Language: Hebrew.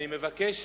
אני בטוח.